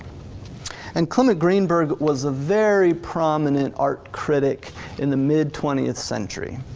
and clement greenberg was a very prominent art critic in the mid twentieth century.